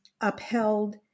upheld